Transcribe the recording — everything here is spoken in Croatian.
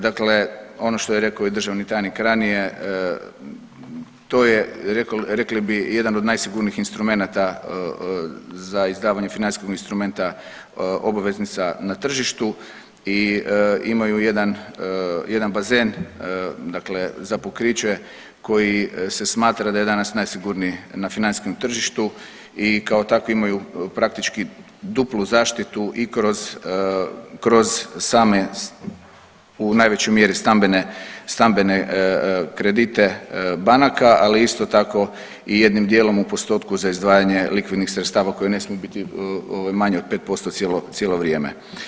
Dakle, ono što je rekao i državni tajnik ranije to je rekli bi jedan od najsigurnijih instrumenata za izdavanje financijskog instrumenta obveznica na tržištu i imaju jedan, jedan bazen dakle za pokriće koji se smatra da je danas najsigurniji na financijskom tržištu i kao takvi imaju praktički duplu zaštitu i kroz, kroz same u najvećoj mjeri stambene, stambene kredite banaka, ali isto tako i jednim dijelom u postotku za izdvajanju likvidnih sredstava koji ne smiju biti ovaj manji od 5% cijelo, cijelo vrijeme.